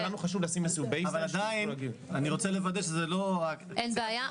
אבל עדיין אני רוצה לוודא שזה לא --- אין בעיה.